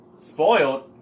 spoiled